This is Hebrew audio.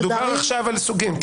מדובר עכשיו על סוגים.